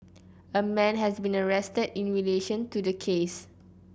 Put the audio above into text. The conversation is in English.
a man has been arrested in relation to the case